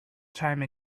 time